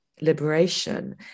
liberation